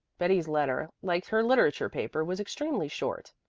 betty's letter, like her literature paper, was extremely short.